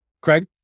craig